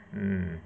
mm